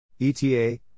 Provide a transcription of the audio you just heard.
ETA